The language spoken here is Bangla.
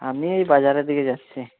আমি এই বাজারের দিকে যাচ্ছি